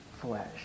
flesh